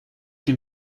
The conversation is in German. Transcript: dem